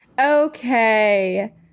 Okay